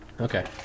Okay